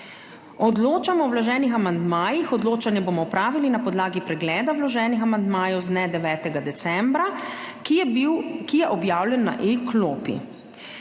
Odločanje bomo opravili na podlagi pregleda vloženih amandmajev z dne 9. decembra, ki je objavljen na E-klopi.